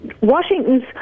Washington's